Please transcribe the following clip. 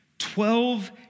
Twelve